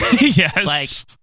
yes